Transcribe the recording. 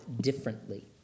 differently